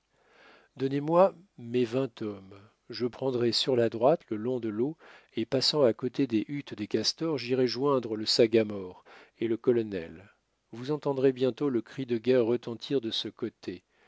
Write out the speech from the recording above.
donnez-moi mes vingt hommes je prendrai sur la droite le long de l'eau et passant à côté des huttes des castors jirai joindre le sagamore et le colonel vous entendrez bientôt le cri de guerre retentir de ce côté